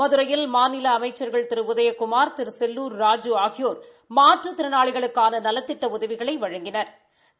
மதுரையில் மாநில அமைச்சுகள் திரு உதயகுமா் திரு கெல்லூர் ராஜூ ஆகியோர் மாற்றுத் திறனாளிகளுக்கான நலத்திட்ட உதவிகளை வழங்கினா்